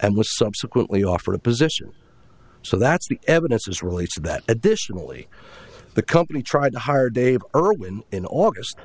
and was subsequently offered a position so that's the evidence as relates to that additionally the company tried to hire dave irwin in august